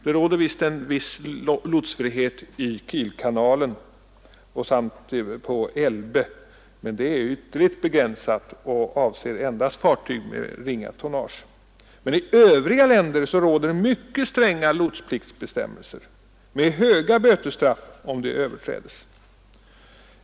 Det råder en viss lotsfrihet i Kielkanalen och på Elbe, men den är ytterligt begränsad och avser endast fartyg med ringa tonnage. I övriga länder råder mycket stränga lotspliktsbestämmelser med höga bötesstraff för överträdelse.